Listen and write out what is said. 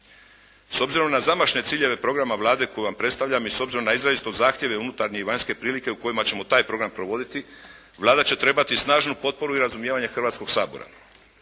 S obzirom na zamašne ciljeve programa Vlade koju vam predstavljam i s obzirom na izrazito zahtjeve unutarnje i vanjske prilike u kojima ćemo taj program provoditi Vlada će trebati snažnu potporu i razumijevanje Hrvatskoga sabora.